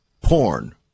Porn